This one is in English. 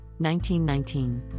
1919